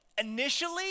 initially